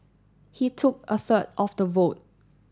he took a third of the vote